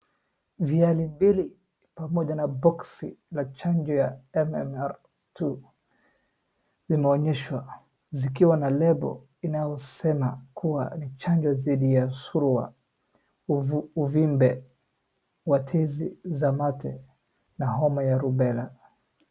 Viali mbili pamoja na boksi ya chanjo ya M-M-R II , zimeonyeshwa zikiwa na lebo inayosema kuwa chanjo dhidi ya surwa, uvimbe wa tezi za mate na homa ya rubela.